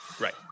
Right